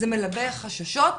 זה מלבה חששות.